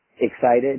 excited